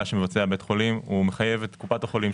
שמבצע בית החולים הוא מחייב את קופת החולים,